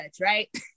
right